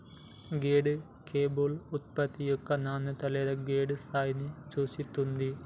grade label ఉత్పత్తి యొక్క నాణ్యత లేదా గ్రేడ్ స్థాయిని సూచిత్తాంది